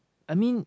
I mean